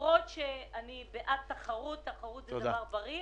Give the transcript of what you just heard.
למרות שאני בעד תחרות, תחרות היא דבר בריא,